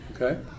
Okay